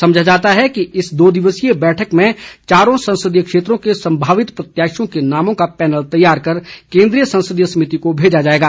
समझा जाता है कि इस दो दिवसीय बैठक में चारों संसदीय क्षेत्रों को संभावित प्रत्याशियों के नामों का पैनल तैयार कर केंद्रीय संसदीय समिति को भेजा जाएगा